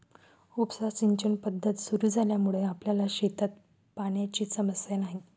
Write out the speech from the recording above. उपसा सिंचन पद्धत सुरु झाल्यामुळे आपल्या शेतात पाण्याची समस्या नाही